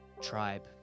tribe